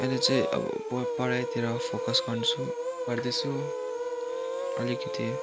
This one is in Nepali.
अहिले चाहिँ अब प पढाइतिर फोकस गर्दैछु पढ्दैछु अलिकति